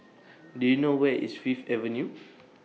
Do YOU know Where IS Fifth Avenue